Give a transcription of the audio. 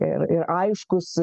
ir ir aiškus